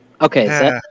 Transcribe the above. Okay